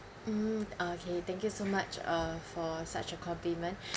mm okay thank you so much uh for such a compliment